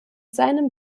seinem